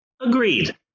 Agreed